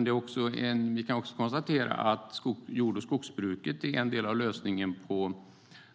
Men vi kan också konstatera att jord och skogsbruket är en del av lösningen i fråga om